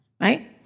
right